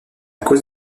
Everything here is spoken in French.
cause